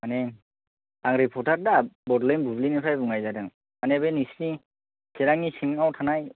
माने आं रिपर्थार दा बड'लेण्ड बुब्लिनिफ्राय बुंनाय जादों माने बे नोंसोरनि चिरांनि सिङाव थानाय